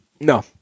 No